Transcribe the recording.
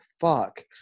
fuck